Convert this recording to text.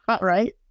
Right